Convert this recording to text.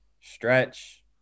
stretch